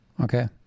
okay